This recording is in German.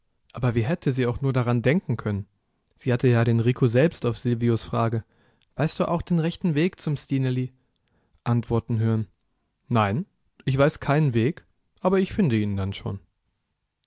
aber wie hätte sie auch nur daran denken können sie hatte ja den rico selbst auf silvios frage weißt du auch den rechten weg zum stineli antworten hören nein ich weiß keinen weg aber ich finde ihn dann schon